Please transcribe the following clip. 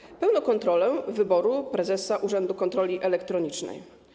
Będzie pełna kontrola wyboru prezesa urzędu kontroli elektronicznej.